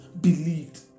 Believed